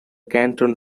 canton